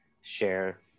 share